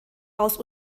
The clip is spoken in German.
aus